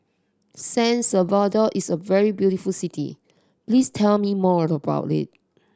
San Salvador is a very beautiful city please tell me more about it